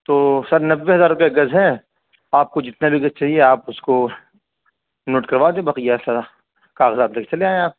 تو سر نوے ہزار روپئے گز ہے آپ کو جتنا بھی گز چاہیے آپ اس کو نوٹ کروا دیں بقیہ سر کاغذات لے کے چلے آئیں آپ